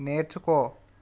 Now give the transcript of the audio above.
నేర్చుకో